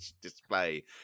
display